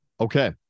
Okay